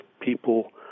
people